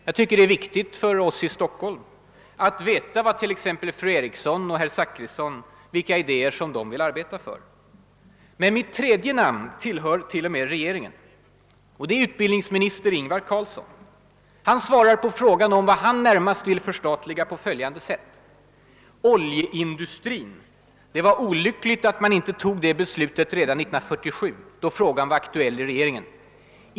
För oss som bor i Stockholm är det t.ex. viktigt att veta vilka idéer som fru Eriksson i Stockholm och herr Zachrisson vill arbeta för. Men mitt tredje namn tillhör t.o.m. regeringen. Det är utbildningsminister Ingvar Carlsson. Han svarar på frågan om vad han närmast vill förstatliga på följande sätt: »Oljeindustrin. Det var olyckligt att man inte tog det beslutet redan 1947, då frågan var aktuell i regeringen.